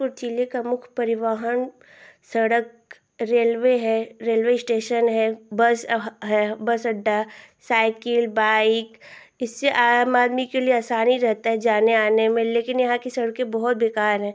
पूर्व जिले का मुख्य परिवहन सड़क रेलवे है रेलवे इस्टेसन है बस है बस अड्डा साइकिल बाइक इससे आम आदमी के लिये आसानी रहता है जाने आने में लेकिन यहाँ कि सड़कें बहुत बेकार हैं